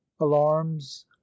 Alarms